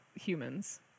humans